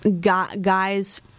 guys